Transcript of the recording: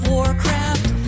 Warcraft